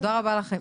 תודה רבה לכם,